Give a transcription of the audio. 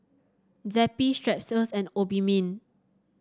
Zappy Strepsils and Obimin